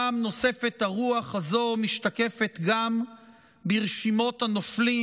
פעם נוספת הרוח הזאת משתקפת גם ברשימות הנופלים,